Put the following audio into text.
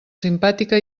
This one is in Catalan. simpàtica